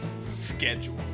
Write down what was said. Schedule